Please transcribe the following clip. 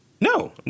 No